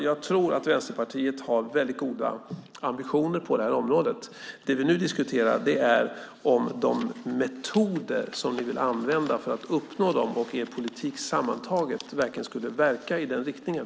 Jag tror att Vänsterpartiet har väldigt goda ambitioner på detta område. Det vi nu diskuterar är om de metoder ni vill använda för att uppnå dem och er politik sammantaget verkligen skulle verka i den riktningen.